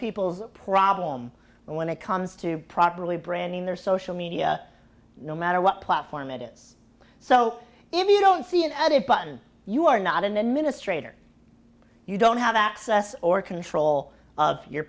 people's problem when it comes to properly branding their social media no matter what platform it is so if you don't see it added button you are not an administrator you don't have access or control of your